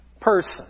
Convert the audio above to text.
person